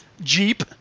Jeep